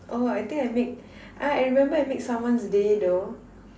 oh I think I make ah I remember I make someone's day though